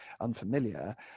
unfamiliar